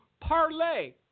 parlay